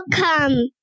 Welcome